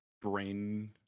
Brain